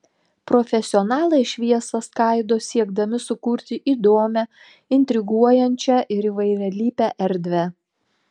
profesionalai šviesą skaido siekdami sukurti įdomią intriguojančią ir įvairialypę erdvę